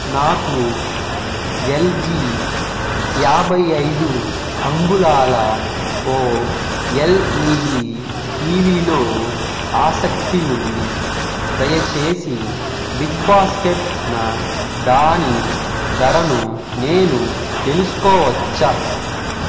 నాకు L G యాభై ఐదు అంగుళాల ఓ ఎల్ ఈ డీ టీ వీలో ఆసక్తి ఉంది దయచేసి బిగ్ బాస్కెట్న దాని ధరను నేను తెలుసుకోవచ్చా